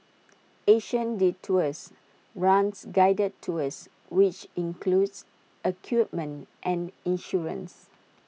Asian Detours runs guided tours which includes equipment and insurance